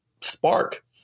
spark